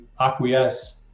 acquiesce